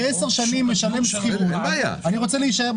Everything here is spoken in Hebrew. אני 10 שנים משלם שכירות אני רוצה להישאר,